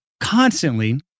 constantly